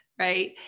Right